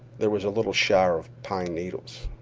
there was a little shower of pine needles.